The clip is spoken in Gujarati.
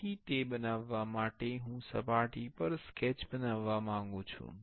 તેથી તે બનાવવા માટે હું સપાટી પર સ્કેચ બનાવવા માંગુ છું